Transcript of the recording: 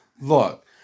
Look